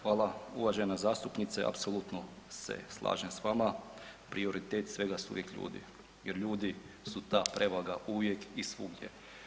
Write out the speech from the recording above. Hvala, uvažena zastupnice apsolutno se slažem s vama, prioritet svega su uvijek ljudi jer ljudi su ta prevaga uvijek i svugdje.